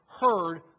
heard